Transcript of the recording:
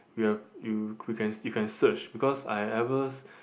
you have you you can search because I ever